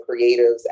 creatives